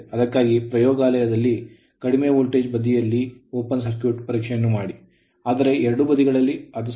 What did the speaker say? ಅದಕ್ಕಾಗಿಯೇ ಪ್ರಯೋಗಾಲಯದಲ್ಲಿ ಕಡಿಮೆ ವೋಲ್ಟೇಜ್ ಬದಿಯಲ್ಲಿ open ತೆರೆದ ಸರ್ಕ್ಯೂಟ್ ಪರೀಕ್ಷೆಯನ್ನು ಮಾಡಿ ಆದರೆ ಎರಡೂ ಬದಿಗಳಲ್ಲಿ ಅದು ಸಾಧ್ಯವಿದೆ